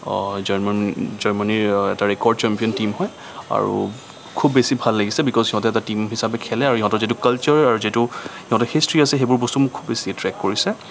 জাৰ্মানীৰ এটা record champion team হয় আৰু খুব বেছি ভাল লাগিছে বিকজ সিহঁতে এটা টিম হিচাপে খেলে আৰু সিহঁতৰ যিটো কালছাৰ আৰু যিটো সিহঁতৰ হিষ্ট্ৰী আছে সেইবোৰ বস্তু মোক খুব বেছি এট্টেক্ট কৰিছে